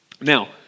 Now